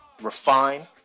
refine